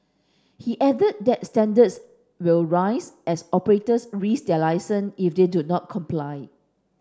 he added that standards will rise as operators risk their licence if they do not comply